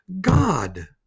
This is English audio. God